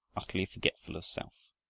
utterly forgetful of self.